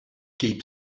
keep